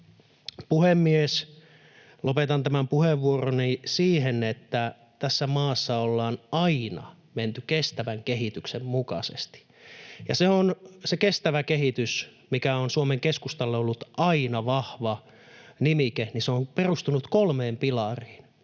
Lopetan tämän puheenvuoroni siihen, että tässä maassa ollaan aina menty kestävän kehityksen mukaisesti. Se on se kestävä kehitys, mikä on Suomen keskustalla ollut aina vahva nimike, ja se on perustunut kolmeen pilariin,